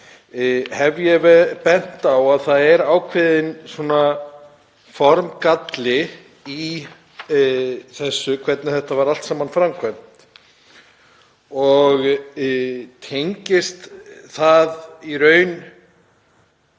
ári, bent á að það er ákveðinn formgalli í því hvernig þetta var allt saman framkvæmt. Það tengist í raun